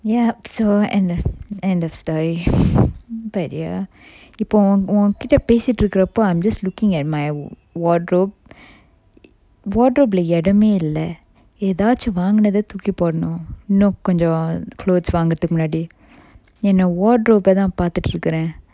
ya so end end of story but ya இப்போ ஒன் ஒங்கிட்ட பேசிகிட்டு இருக்குறப்போ:ippo oan ongitta pesittu irukkurappo I'm just looking at my wardrobe wardrobe lah எடமே இல்ல ஏதாச்சும் வாங்குனத தூக்கி போடணும் இன்னும் கொஞ்சம்:edame illa ethachum vangunatha thookki podanum innum konjam cloth வாங்குறதுக்கு முன்னாடி என்ன:vangurathukku munnadi enna wardrobe eh தான் பாத்துட்டு இருக்குறன்:than pathuttu irukkuran